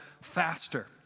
faster